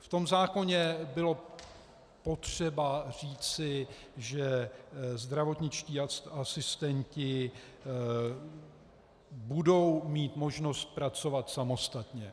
V tom zákoně bylo potřeba říci, že zdravotničtí asistenti budou mít možnost pracovat samostatně.